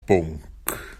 bwnc